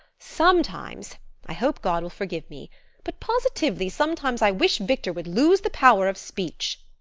sometimes i hope god will forgive me but positively, sometimes i wish victor would lose the power of speech.